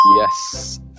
Yes